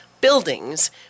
buildings